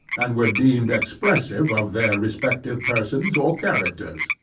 and were deemed expressive of their respective persons or characters.